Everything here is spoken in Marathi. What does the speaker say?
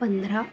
पंधरा